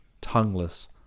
tongueless